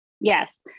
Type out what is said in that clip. Yes